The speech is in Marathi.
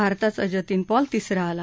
भारताचा जितीन पॉल तिसरा आला